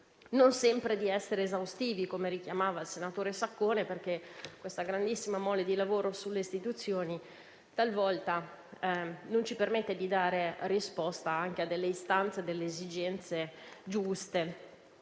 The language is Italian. non sempre di essere esaustivi, come ha ricordato il senatore Saccone; la grandissima mole di lavoro sulle istituzioni talvolta non ci permette di dare risposta anche a istanze ed esigenze giuste,